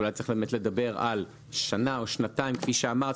אז אולי צריך באמת לדבר על שנה או שנתיים כפי שאמרת,